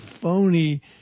phony